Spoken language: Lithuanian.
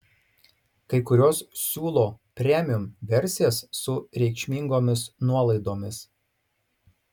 kai kurios siūlo premium versijas su reikšmingomis nuolaidomis